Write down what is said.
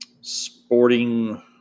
sporting